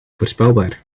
voorspelbaar